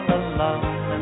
alone